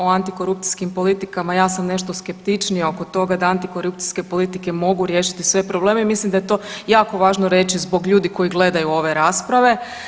O antikorupcijskim politikama ja sam nešto skeptičnija oko toga da antikorupcijske politike mogu riješiti sve probleme i mislim da je to jako važno reći zbog ljudi koji gledaju ove rasprave.